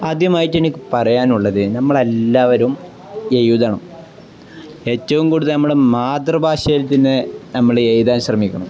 ആദ്യമായിട്ട് എനിക്കു പറയാനുള്ളത് നമ്മളെല്ലാവരും എഴുതണം ഏറ്റവും കൂടുതൽ നമ്മളെ മാതൃഭാഷയിൽത്തന്നെ നമ്മള് എഴുതാൻ ശ്രമിക്കണം